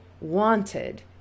wanted